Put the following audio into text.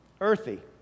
earthy